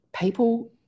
people